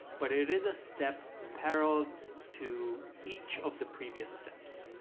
but it is a step parallel to each of the previous steps.